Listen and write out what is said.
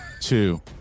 two